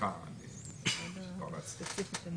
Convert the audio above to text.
סליחה שהתפרצתי.